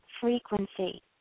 frequency